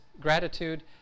gratitude